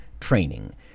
training